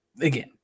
again